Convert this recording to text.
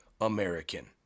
American